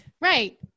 Right